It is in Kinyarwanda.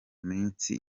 minsi